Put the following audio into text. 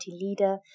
leader